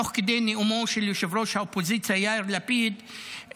תוך כדי נאומו של ראש האופוזיציה יאיר לפיד,